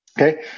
okay